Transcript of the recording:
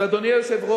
אז, אדוני היושב-ראש,